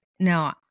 No